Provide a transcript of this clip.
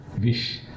wish